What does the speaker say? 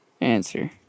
answer